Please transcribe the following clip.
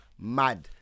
mad